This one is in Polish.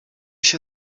się